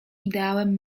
ideałem